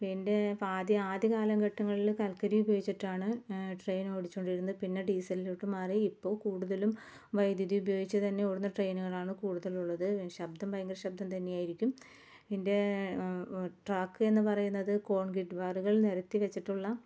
പിന്നെ ആദ്യ കാലഘട്ടങ്ങളിൽ കല്ക്കരി ഉപയോഗിച്ചിട്ടാണ് ട്രെയിന് ഓടിച്ചുകൊണ്ടിരുന്നത് പിന്നെ ഡീസലിലോട്ട് മാറി ഇപ്പോൾ കൂടുതലും വൈദ്യുതി ഉപയോഗിച്ച് തന്നെ ഓടുന്ന ട്രെയിനുകളാണ് കൂടുതലുള്ളത് ശബ്ദം ഭയങ്കര ശബ്ദം തന്നെയായിരിക്കും ഇതിന്റെ ട്രാക്കെന്ന് പറയുന്നത് കോൺക്രീറ്റ് പാതകള് നിരത്തിവെച്ചിട്ടുള്ള